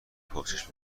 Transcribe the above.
پرسش